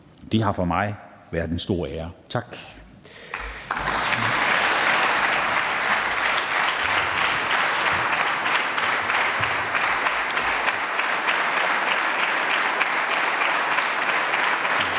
Det har for mig været en stor ære. Tak.